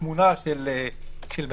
תמונה של מחבל,